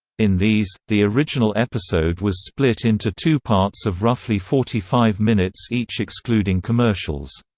in these, the original episode was split into two parts of roughly forty five minutes each excluding commercials.